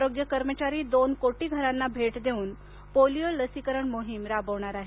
आरोग्य कर्मचारी दोन कोटी घरांना भेट देऊन पोलिओ लसीकरण मोहीम राबवणार आहेत